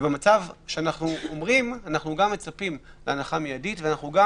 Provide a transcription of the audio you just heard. אנחנו גם מצפים להנחה מידית ואנחנו גם